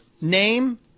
name